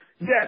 Yes